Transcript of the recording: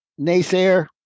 Naysayer